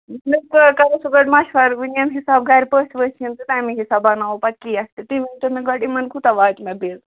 مےٚ کٔہ کرے صُبحن مشور وٕنۍ یَم حِساب گَرِ پٔژھۍ ؤژھۍ یِن تہٕ تَمی حِساب بناوَو پتہٕ کیک تہِ تُہۍ ؤنۍتو مےٚ گۄڈٕ یِمن کوٗتاہ واتہِ مےٚ بِل